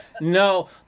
No